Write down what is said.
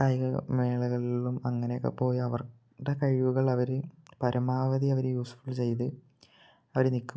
കായിക മേളകളിലും അങ്ങനൊക്കെ പോയി അവരുടെ കഴിവുകൾ അവർ പരമാവധി അവർ യൂസ്ഫുൾ ചെയ്ത് അവർ നിൽക്കും